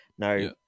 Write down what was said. Now